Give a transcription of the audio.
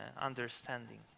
understanding